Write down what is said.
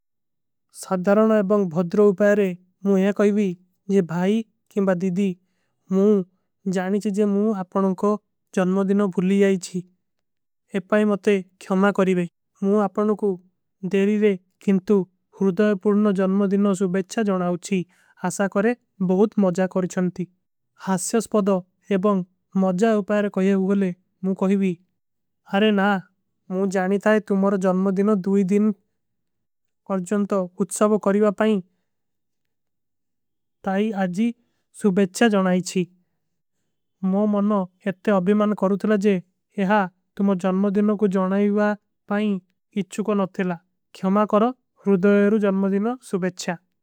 ସଦ୍ଧରନ ଏବଂଗ ଭଦ୍ର ଉପଯାରେ ମୁ ଯା କହଈବୀ ଜେ ଭାଈ କେଂବା ଦିଦୀ ମୁ। ଜାନୀଚୀ ଜେ ମୁ ଆପନୋଂ କୋ ଜନ୍ମ ଦିନୋଂ ଭୁଲିଯାଈଚୀ ଏପାଈ ମତେ। ଖ୍ଯମା କରୀବେ ମୁ ଆପନୋଂ କୋ ଦେଲୀରେ କିନ୍ତୁ ହୁରୁଦାଯ ପୂର୍ଣ ଜନ୍ମ ଦିନୋଂ। ସୁବେଚ୍ଚା ଜନାଓଚୀ ଆଶା କରେ ବହୁତ ମଜା କରୀଚଂତୀ ହାସ୍ଯସ୍ପଦ। ଏବଂଗ ମଜା ଉପଯାରେ କହେ ଉଗଲେ ମୁ କହଈବୀ ଅରେ ନା ମୁ ଜାନୀ ତାଏ। ତୁମ୍ହର ଜନ୍ମ ଦିନୋଂ ଦୁଈ ଦିନ କର ଜନତୋ ଉଚ୍ଚାଵ। କରୀଵା ପାଈଂ ତାଈ ଆଜୀ ସୁବେଚ୍ଚା ଜନାଈଚୀ ମୋ। ମନୋ ଏତ୍ତେ ଅଭିମାନ କରୂତଲା ଜେ ଏହା ତୁମ୍ହର ଜନ୍ମ ଦିନୋଂ କୋ ଜନାଈଵା। ପାଈଂ ଇଚ୍ଚୁ କୋ ନତଲା। କ୍ଯମା କରୋ ରୁଦଯେର ଜନ୍ମ ଦିନୋଂ ସୁବେଚ୍ଚା।